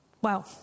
Wow